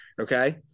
Okay